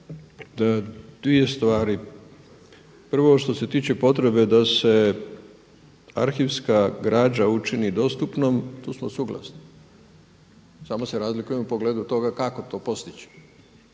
Dvije stvari, prvo što se tiče potrebe da se arhivska građa učini dostupnom, tu smo suglasni, samo se razlikujemo u pogledu toga kako to postići,